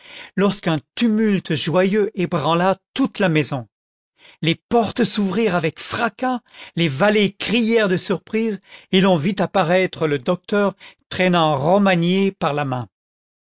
lorsqu'un tumulte joyeux ébranla toute la maison les portes s'ouvrirent ivec fracas les valets crièrent de surprise et l'on vit paraître le docteur traînant romagné par la main